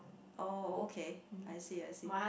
oh okay I see I see